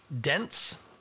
dense